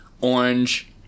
orange